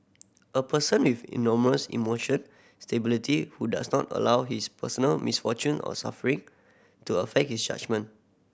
a person with enormous emotion stability who does not allow his personal misfortune or suffering to affect his judgement